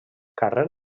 carrer